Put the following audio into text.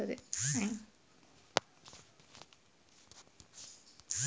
ತಿಂಗಳ ಯಾವ ದಿನ ಸಾಲ ಕಟ್ಟಲು ಬರುತ್ತದೆ?